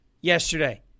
yesterday